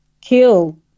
kill